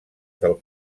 del